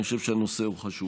כי אני חושב שהנושא חשוב.